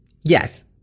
Yes